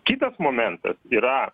kitas momentas yra